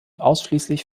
ausschließlich